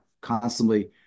constantly